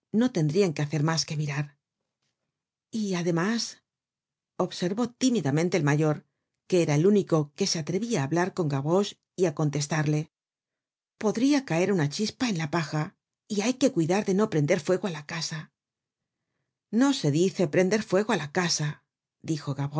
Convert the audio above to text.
no tendrian que hacer mas que mirar content from google book search generated at y además observó tímidamente el mayor que era el único que se atrevia á hablar con gavroche y á contestarle podria caer una chispa en la paja y hay que cuidar de no prender fuego á la casa no se dice prender fuego á la casa dijo